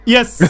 Yes